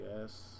yes